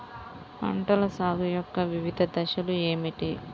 పంటల సాగు యొక్క వివిధ దశలు ఏమిటి?